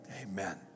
Amen